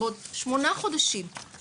הנושא עכשיו שאני קצת למדתי אותו אני